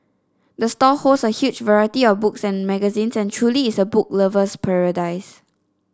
the store holds a huge variety of books and magazines and truly is a book lover's paradise